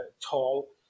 tall